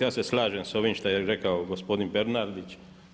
Ja se slažem sa ovim što je rekao gospodin Bernardić.